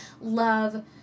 love